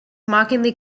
mockingly